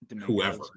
Whoever